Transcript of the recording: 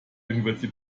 irgendwelche